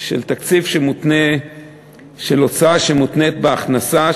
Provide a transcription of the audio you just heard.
של הוצאה שמותנית בהכנסה,